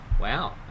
Wow